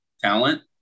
talent